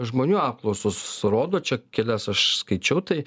žmonių apklausos rodo čia kelias aš skaičiau tai